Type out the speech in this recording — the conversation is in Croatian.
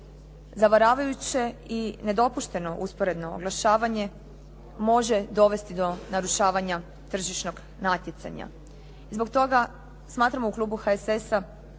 Zavaravajuće i nedopušteno usporedno oglašavanje može dovesti do narušavanja tržišnog natjecanja. Zbog toga smatramo u klubu HSS-a